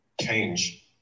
change